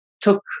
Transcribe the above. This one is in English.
took